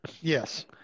Yes